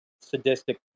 sadistic